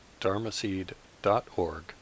dharmaseed.org